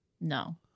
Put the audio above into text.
no